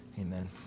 Amen